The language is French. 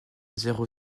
zéro